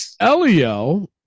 elio